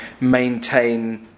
maintain